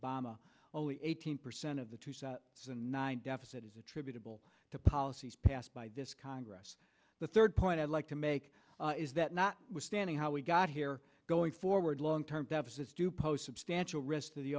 obama only eighteen percent of the two sets and nine deficit is attributable to policies passed by this congress the third point i'd like to make is that not withstanding how we got here going forward long term deficits do post substantial risk to the